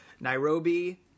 Nairobi